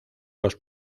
los